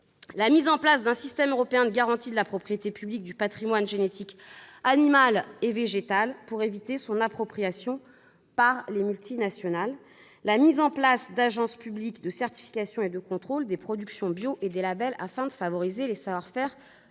la mise en place d'un système européen de garantie de la propriété publique du patrimoine génétique animal et végétal pour éviter son appropriation par les multinationales ; la mise en place d'agences publiques de certification et de contrôles des productions bio et des labels afin de favoriser les savoir-faire